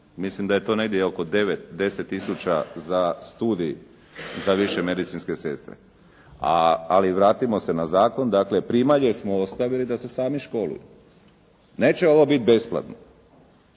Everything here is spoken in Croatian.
Mislim da je to negdje oko 9, 10 tisuća za studij za više medicinske sestre. Ali vratimo se na zakon. Dakle, primalje smo ostavili da se same školuju. Neće ovo biti besplatno.